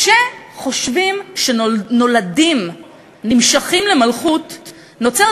כשחושבים שכשנולדים נמשחים למלכות נוצרת